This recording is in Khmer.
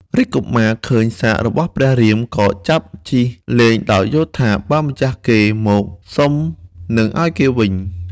រាជកុមារឃើញសាររបស់ព្រះរាម ក៏ចាប់ជិះលេងដោយយល់ថា បើម្ចាស់គេមកសុំនឹងឱ្យគេវិញ។